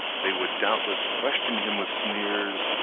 they would doubtless question him with sneers,